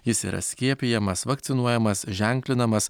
jis yra skiepijamas vakcinuojamas ženklinamas